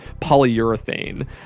polyurethane